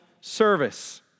service